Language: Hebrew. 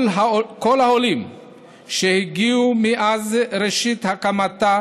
כל העולים שהגיעו מאז ראשית הקמתה